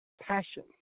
Passion